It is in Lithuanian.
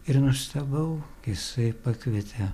ir nustebau kai jisai pakvietė